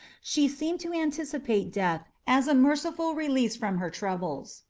she seemed to anticipate death as a merciful release from her troubles,